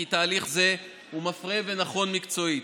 וכי תהליך זה הוא מפרה ונכון מקצועית,